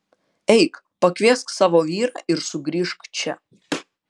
eik pakviesk savo vyrą ir sugrįžk čia